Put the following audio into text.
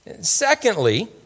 Secondly